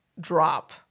drop